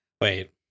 Wait